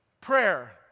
prayer